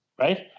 right